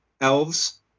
elves